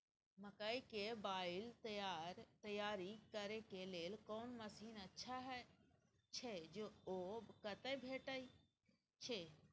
मकई के बाईल तैयारी करे के लेल कोन मसीन अच्छा छै ओ कतय भेटय छै